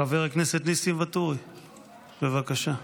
חבר הכנסת ניסים ואטורי, בבקשה.